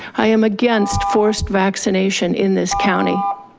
i am against forced vaccination in this county.